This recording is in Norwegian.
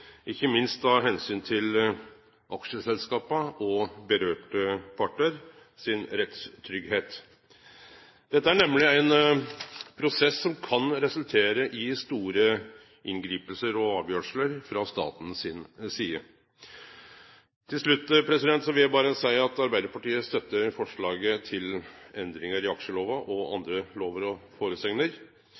ikkje minst av omsyn til aksjeselskapa og rettstryggleiken til dei selskapa det gjeld. Dette er nemleg ein prosess som kan resultere i store inngrep og avgjersler frå staten si side. Til slutt vil eg berre seie at Arbeidarpartiet støttar forslaget til endringar i aksjelova og andre lover